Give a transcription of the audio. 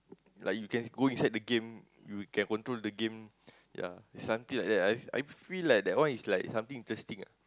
like you can go inside the game you can control the game ya something like that lah I I feel like that one is like something interesting ah